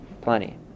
Plenty